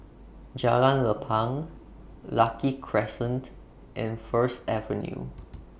Jalan Lapang Lucky Crescent and First Avenue